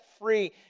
free